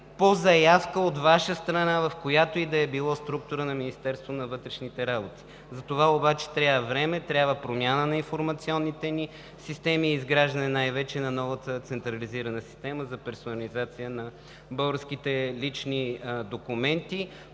по заявка от Ваша страна, в която и да е било структура на Министерство на вътрешните работи. Затова обаче трябва време, трябва промяна на информационните ни системи и най-вече изграждане на новата централизирана система за персонализация на българските лични документи.